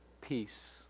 peace